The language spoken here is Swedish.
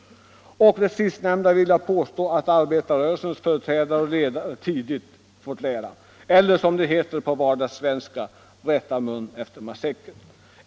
Och beträffande det sistnämnda vågar jag påstå att arbetarrörelsens företrädare och ledare tidigt har fått lära sig att, som det heter på vardagssvenska, rätta mun efter matsäcken.